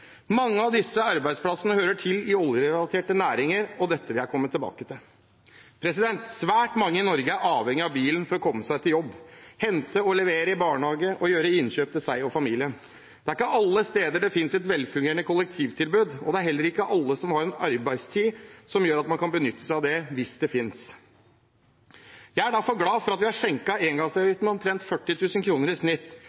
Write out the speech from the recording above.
Mange av disse arbeidsplassene hører til i oljerelaterte næringer, og dette vil jeg komme tilbake til. Svært mange i Norge er avhengige av bilen for å komme seg til jobb, hente og levere i barnehage og gjøre innkjøp til seg og familien. Det er ikke alle steder det finnes et velfungerende kollektivtilbud, og det er heller ikke alle som har en arbeidstid som gjør at man kan benytte seg av det hvis det finnes. Jeg er derfor glad for at vi har